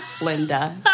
Linda